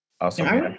Awesome